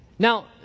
Now